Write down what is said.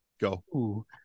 Go